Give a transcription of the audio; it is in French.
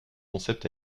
concept